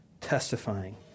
testifying